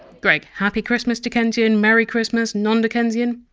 greg happy christmas, dickensian merry christmas, non-dickensian?